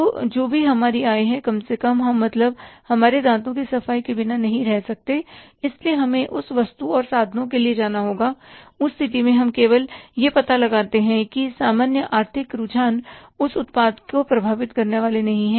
तो जो भी हमारी आय है कम से कम हम मतलब हमारे दाँतों की सफाई के बिना नहीं रह सकते इसलिए हमें उस वस्तु और साधनों के लिए जाना होगा उस स्थिति में हम केवल यह पता लगा सकते हैं कि सामान्य आर्थिक रुझान उस उत्पाद को प्रभावित करने वाले नहीं हैं